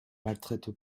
maltraite